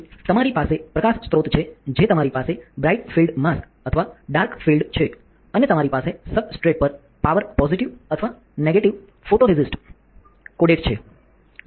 તેથી તમારી પાસે પ્રકાશ સ્રોત છે જે તમારી પાસે બ્રાઇટ ફિલ્ડ માસ્ક અથવા ડાર્ક ફીલ્ડ છે અને તમારી પાસે સબસ્ટ્રેટ પર પાવર પોઝિટિવ અથવા નેગેટીવ ફોટોરેસિસ્ટ કોટેડ છે